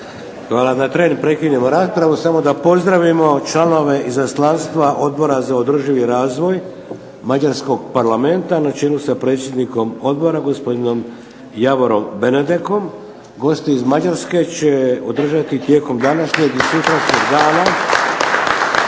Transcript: Hvala. Na tren prekinimo raspravu samo da pozdravimo članove Izaslanstva Odbora za održivi razvoj mađarskog Parlamenta na čelu sa predsjednikom Odbora gospodinom Javorom Benardekom. Gosti iz Mađarske će održati tijekom današnjeg i sutrašnjeg dana